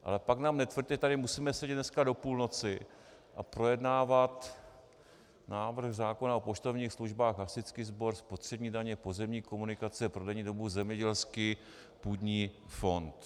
Ale pak nám netvrďte, že tady musíme sedět dneska do půlnoci a projednávat návrh zákona o poštovních službách, hasičský sbor, spotřební daně, pozemní komunikace, prodejní dobu, zemědělský půdní fond.